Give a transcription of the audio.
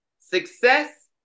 Success